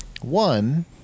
One